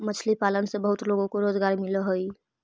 मछली पालन से बहुत लोगों को रोजगार मिलअ हई